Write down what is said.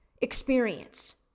experience